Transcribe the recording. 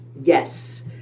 Yes